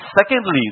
Secondly